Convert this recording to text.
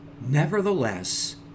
Nevertheless